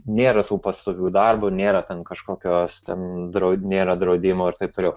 nėra tų pastovių darbų nėra ten kažkokios tam draudi nėra draudimo ir taip toliau